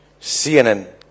CNN